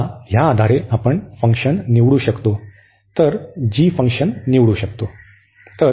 आता ह्या आधारे आपण फंक्शन निवडू शकतो तर g फंक्शन निवडू शकतो